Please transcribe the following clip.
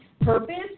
Purpose